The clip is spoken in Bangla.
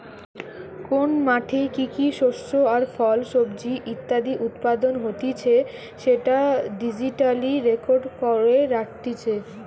কোন মাঠে কি কি শস্য আর ফল, সবজি ইত্যাদি উৎপাদন হতিছে সেটা ডিজিটালি রেকর্ড করে রাখতিছে